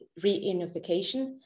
reunification